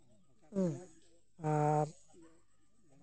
ᱦᱮᱸ ᱟᱨ